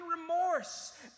remorse